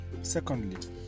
Secondly